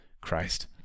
Christ